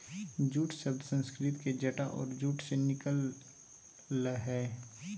jute शब्द संस्कृत के जटा और जूट से निकल लय हें